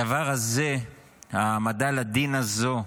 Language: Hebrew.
הדבר הזה, ההעמדה לדין הזאת,